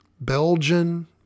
belgian